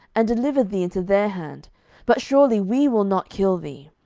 and deliver thee into their hand but surely we will not kill thee.